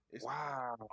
wow